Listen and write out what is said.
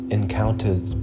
encountered